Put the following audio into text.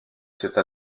cette